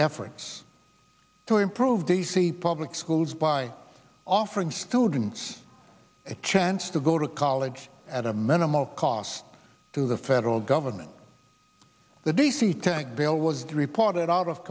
efforts to improve d c public schools by offering students a chance to go to college at a minimal cost to the federal government that they see tax bill was reported out of